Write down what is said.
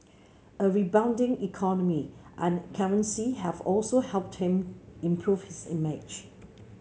a rebounding economy and currency have also helped him improve his image